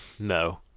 No